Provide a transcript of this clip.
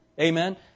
Amen